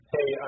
Hey